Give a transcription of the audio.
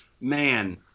Man